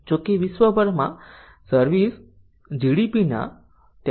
જોકે વિશ્વભરમાં સર્વિસ GDPના 63